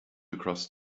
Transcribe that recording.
across